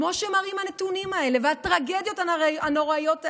כמו שמראים הנתונים האלה והטרגדיות הנוראיות האלה,